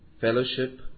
Fellowship